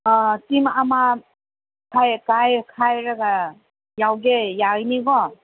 team ꯑꯃ ꯈꯥꯏꯔꯒ ꯌꯥꯎꯒꯦ ꯌꯥꯒꯅꯤꯀꯣ